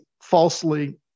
falsely